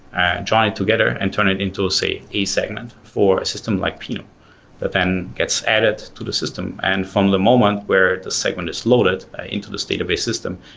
ah join it together and turn it into say a segment for a system like pinot. that then gets added to the system. and from the moment where the segment is loaded into the state of a system,